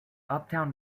uptown